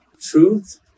truth